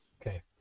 Okay